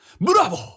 BRAVO